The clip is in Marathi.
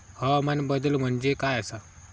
हवामान बदल म्हणजे काय आसा?